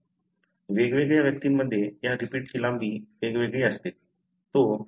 वेगवेगळ्या व्यक्तींमध्ये या रिपीटची लांबी वेगवेगळी असते